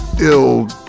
ill